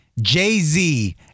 Jay-Z